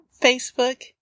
Facebook